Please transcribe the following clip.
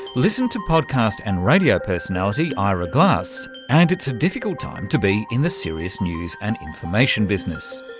listen to podcast and radio personality ira glass and it's a difficult time to be in the serious news and information business.